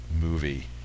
movie